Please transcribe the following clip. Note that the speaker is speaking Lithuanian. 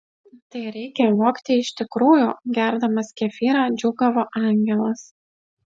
tai reikia vogti iš tikrųjų gerdamas kefyrą džiūgavo angelas